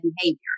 behavior